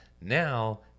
now